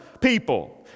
people